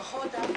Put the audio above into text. ברכות.